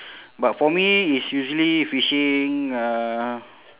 but for me it's usually fishing uh